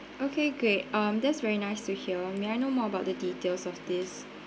okay great um that's very nice to hear may I know more about the details of this